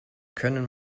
können